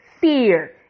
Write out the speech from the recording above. fear